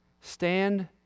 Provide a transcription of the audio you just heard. stand